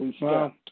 Wow